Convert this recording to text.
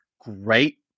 great